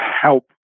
help